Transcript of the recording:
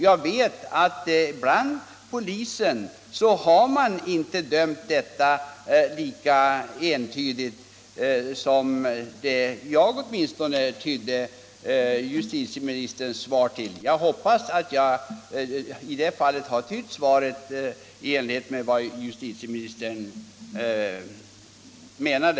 Jag vet att man bland polisen inte har bedömt saken lika entydigt som justitieministern nu gör, åtminstone som jag har uppfattat honom. Jag hoppas att jag i det fallet har tytt svaret så som justitieministern menade.